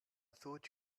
thought